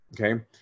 okay